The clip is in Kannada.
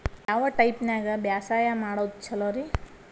ಯಾವ ಟೈಪ್ ನ್ಯಾಗ ಬ್ಯಾಸಾಯಾ ಮಾಡೊದ್ ಛಲೋರಿ?